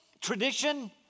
tradition